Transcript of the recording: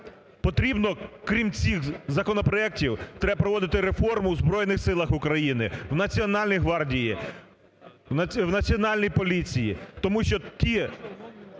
Потрібно, крім цих законопроектів, треба проводити реформу в Збройних Силах України, в Національній гвардії, в Національній поліції. Тому що ті